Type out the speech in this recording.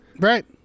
right